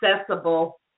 accessible